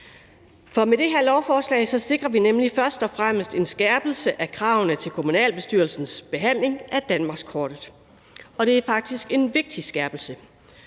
For med det her lovforslag sikrer vi nemlig først og fremmest en skærpelse af kravene til kommunalbestyrelsens behandling af danmarkskortet. Og det er faktisk en vigtig skærpelse.